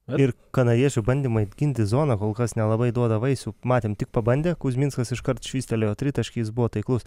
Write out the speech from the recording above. ir kanadiečių bandymai apginti zoną kol kas nelabai duoda vaisių matėm tik pabandė kuzminskas iškart švystelėjo tritaškį jis buvo taiklus